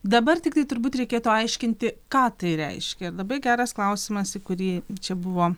dabar tiktai turbūt reikėtų aiškinti ką tai reiškia labai geras klausimas į kurį čia buvo